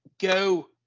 go